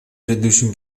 грядущими